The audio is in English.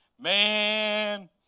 man